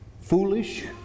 foolish